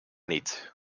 niet